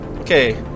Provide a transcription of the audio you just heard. Okay